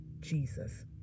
Jesus